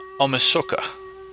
Omisoka